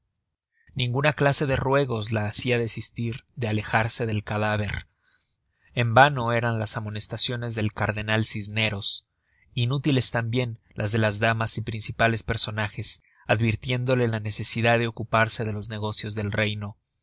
ninguna clase de ruegos la hacian desistir de alejarse del cadáver en vano eran las amonestaciones del cardenal cisneros inútiles tambien las de las damas y principales personajes advirtiéndole la necesidad de ocuparse de los negocios del reino